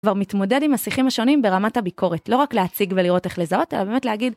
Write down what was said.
כבר מתמודד עם השיחים השונים ברמת הביקורת. לא רק להציג ולראות איך לזהות, אלא באמת להגיד...